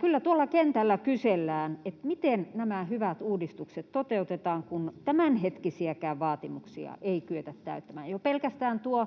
Kyllä tuolla kentällä kysellään, miten nämä hyvät uudistukset toteutetaan, kun tämänhetkisiäkään vaatimuksia ei kyetä täyttämään. Jo pelkästään tuo